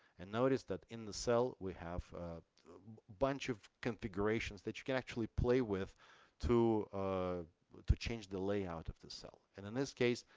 and now it is that in the cell we have a bunch of configurations that you can actually play with to ah to change the layout of the cell. and in this case,